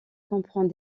comprend